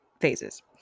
phases